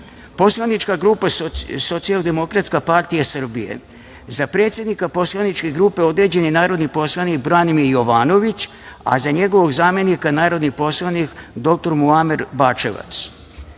Poslanička grupa Socijaldemokratska partija Srbije. Za predsednika poslaničke grupe određen je narodni poslanik Branimir Jovanović, a za njegovog zamenika narodni poslanik dr Muamer Bačevac;-